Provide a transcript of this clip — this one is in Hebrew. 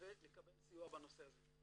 ולקבל סיוע בנושא הזה.